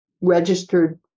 registered